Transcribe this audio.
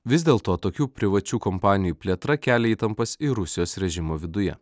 vis dėl to tokių privačių kompanijų plėtra kelia įtampas ir rusijos režimo viduje